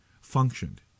functioned